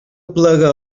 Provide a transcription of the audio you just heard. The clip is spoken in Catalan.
aplega